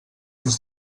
ens